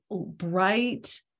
bright